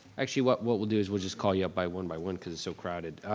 actually, what what we'll do is we'll just call you up by one by one cause it's so crowded.